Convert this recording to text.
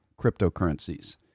cryptocurrencies